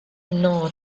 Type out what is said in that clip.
nota